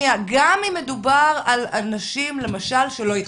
גם אם מדובר על אנשים, למשל, שלא התחתנו.